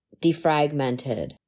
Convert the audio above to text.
defragmented